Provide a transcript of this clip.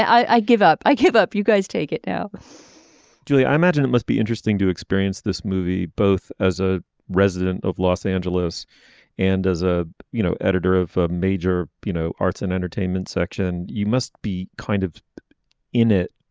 i give up i give up. you guys take it now julie i imagine it must be interesting to experience this movie both as a resident of los angeles and as a you know editor of ah major you know arts and entertainment section you must be kind of in it